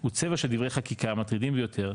הוא צבע של דברי חקיקה מטרידים ביותר,